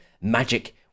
magic